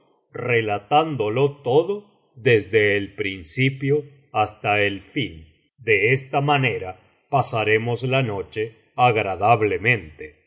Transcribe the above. relatándolo todo desde el principio hasta el fin de esta manera pasaremos la noche agradablemente